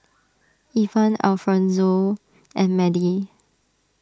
Evan Alfonzo and Madie